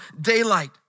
daylight